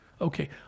Okay